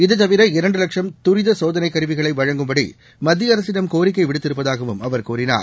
இதுதவிர இரண்டு லட்சம் தூித சோதனை கருவிகளை வழங்கும்படி மத்திய அரசிடம் கோரிக்கை விடுத்திருப்பதாகவும் அவர் கூறினார்